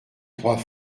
trois